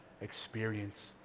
experience